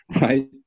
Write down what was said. right